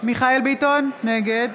מיכאל מרדכי ביטון, נגד